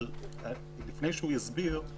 אבל לפני שהוא יסביר,